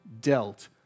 dealt